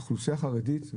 האוכלוסיה החרדית,